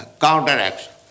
counteraction